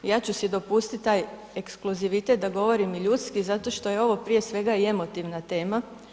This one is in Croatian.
Ja ću si dopustiti taj ekskluzivitet da govorim i ljudski, zato što je ovo, prije svega i emotivna tema.